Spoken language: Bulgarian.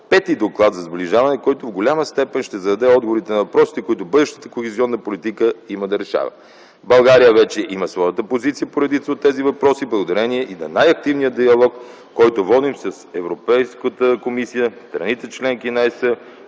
пети доклад за сближаване, който в голяма степен ще даде отговор на въпросите, които бъдещата кохезионна политика има да решава. България вече има своята позиция по редица от тези въпроси благодарение и на най-активния диалог, който водим с Европейската комисия, страните - членки на ЕС,